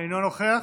אינו נוכח.